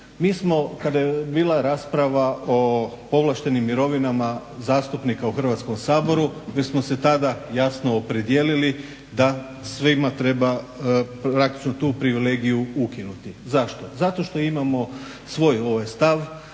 Mi smo kada je bila rasprava o povlaštenim mirovinama zastupnika u Hrvatskom saboru mi smo se tada jasno opredijelili da svima treba praktično tu privilegiju ukinuti. Zašto? Zato što imamo svoj stav